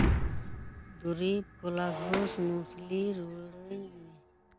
ᱫᱩᱨᱤᱵᱽ ᱠᱚᱞᱟ ᱜᱷᱳᱥ ᱢᱩᱥᱞᱤ ᱨᱩᱣᱟᱹᱲᱟᱹᱧ ᱢᱮ